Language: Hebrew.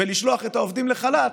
ולשלוח את העובדים לחל"ת,